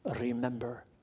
remember